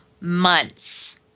months